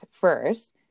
first